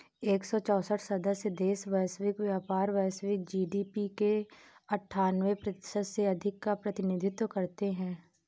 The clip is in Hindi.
एक सौ चौसठ सदस्य देश वैश्विक व्यापार, वैश्विक जी.डी.पी के अन्ठान्वे प्रतिशत से अधिक का प्रतिनिधित्व करते हैं